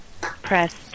Press